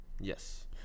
Yes